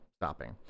stopping